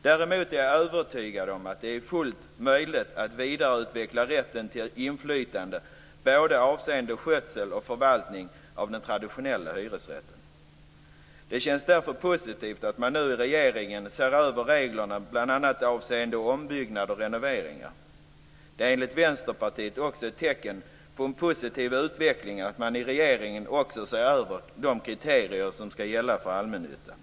Däremot är jag övertygad om att det är fullt möjligt att vidareutveckla rätten till inflytande avseende både skötsel och förvaltning av den traditionella hyresrätten. Det känns därför positivt att regeringen nu ser över reglerna bl.a. avseende ombyggnader och renoveringar. Det är enligt Vänsterpartiet också ett tecken på en positiv utveckling att regeringen också ser över de kriterier som skall gälla för allmännyttan.